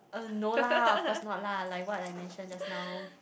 uh no lah of course not lah like what I mentioned just now